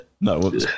No